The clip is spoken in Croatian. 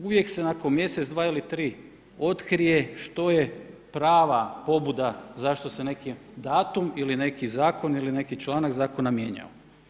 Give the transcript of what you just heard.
Uvijek se nakon mjesec, dva ili tri otkrije što je prava pobuda zašto se neki datum ili neki zakon, ili neki članak zakona mijenjao.